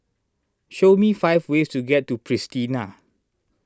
show me five ways to get to Pristina